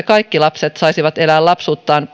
kaikki lapset saisivat elää lapsuuttaan